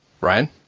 Ryan